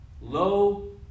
Low